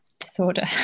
disorder